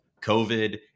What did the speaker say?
COVID